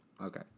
Okay